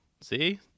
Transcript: See